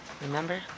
remember